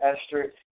Esther